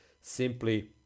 simply